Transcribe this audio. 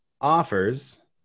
offers